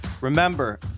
Remember